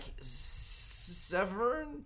Severn